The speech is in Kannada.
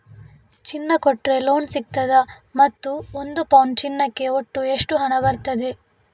ಚಿನ್ನ ಕೊಟ್ರೆ ಲೋನ್ ಸಿಗ್ತದಾ ಮತ್ತು ಒಂದು ಪೌನು ಚಿನ್ನಕ್ಕೆ ಒಟ್ಟು ಎಷ್ಟು ಹಣ ಬರ್ತದೆ?